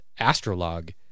Astrolog